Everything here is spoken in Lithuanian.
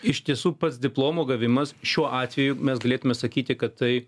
iš tiesų pats diplomo gavimas šiuo atveju mes galėtume sakyti kad tai